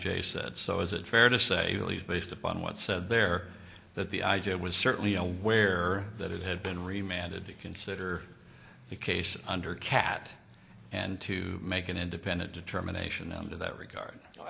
j said so is it fair to say the least based upon what said there that the idea was certainly aware that it had been remastered to consider the case under cat and to make an independent determination under that regard